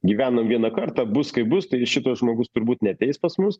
gyvenam vieną kartą bus kaip bus tai šitas žmogus turbūt neateis pas mus